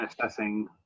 assessing